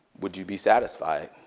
would you be satisfied?